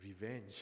Revenge